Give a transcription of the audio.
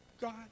God